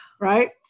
right